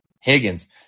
Higgins